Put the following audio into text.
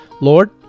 Lord